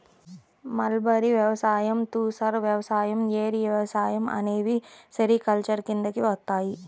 mulberry వ్యవసాయం, తుసర్ వ్యవసాయం, ఏరి వ్యవసాయం అనేవి సెరికల్చర్ కిందికి వస్తాయి